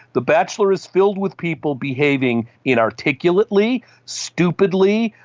the bachelor is filled with people behaving inarticulately, stupidly,